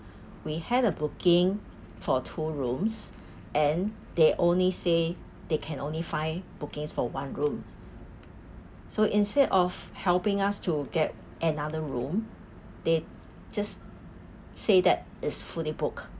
we had a booking for two rooms and they only say they can only find bookings for one room so instead of helping us to get another room they just say that it's fully booked